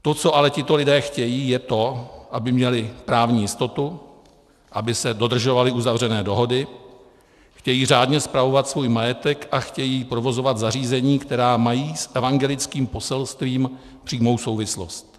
To, co ale tito lidé chtějí, je to, aby měli právní jistotu, aby se dodržovaly uzavřené dohody, chtějí řádně spravovat svůj majetek a chtějí provozovat zařízení, která mají s evangelickým poselstvím přímou souvislost.